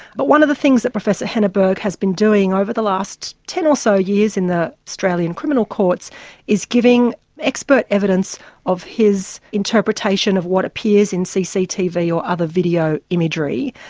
but one of the things that professor henneberg has been doing over the last ten or so years in the australian criminal courts is giving expert evidence of his interpretation of what appears in cctv or other video imagery.